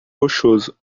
rochoso